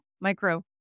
micro